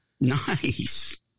Nice